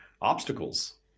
obstacles